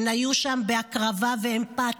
הם היו שם בהקרבה ואמפתיה,